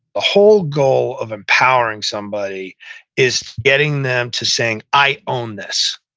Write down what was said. ah whole goal of empowering somebody is getting them to saying, i own this.